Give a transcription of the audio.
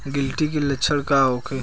गिलटी के लक्षण का होखे?